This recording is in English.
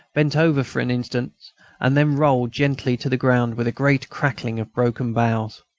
bent over for an instant and then rolled gently to the ground with a great crackling of broken boughs.